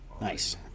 Nice